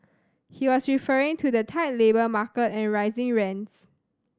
he was referring to the tight labour market and rising rents